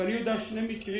אני יודע על שני מקרים,